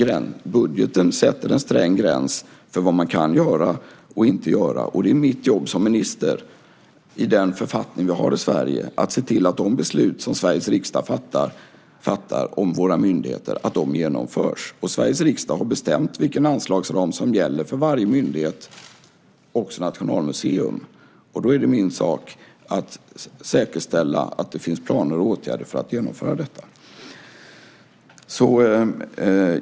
Budgeten sätter en sträng gräns för vad man kan göra och inte kan göra. Och det är mitt jobb som minister, med den författning vi har i Sverige, att se till att de beslut som Sveriges riksdag fattar om våra myndigheter genomförs. Sveriges riksdag har bestämt vilken anslagsram som gäller för varje myndighet, också Nationalmuseum. Då är det min sak att säkerställa att det finns planer och åtgärder för att genomföra detta.